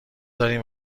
داریم